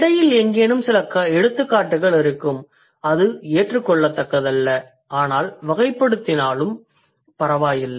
இடையில் எங்கேனும் சில எடுத்துக்காட்டுகள் இருக்கும் அது ஏற்றுக்கொள்ளத்தக்கதல்ல ஆனால் வகைப்படுத்தினாலும் பரவாயில்லை